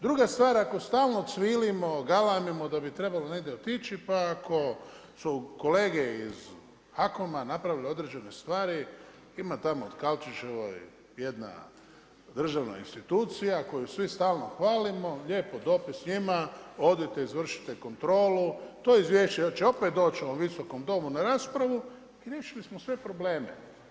Druga stvar, ako stalno cvilimo, galamimo da bi trebalo negdje otići pa ako su kolege iz HAKOM-a napravili određene stvari ima tamo u Tkalčićevoj jedna državna institucija koju svi stalno hvalimo, lijepo dopis njima odite izvršite kontrolu, to izvješće će opet doći ovom Visokom domu na raspravu i riješili smo sve probleme.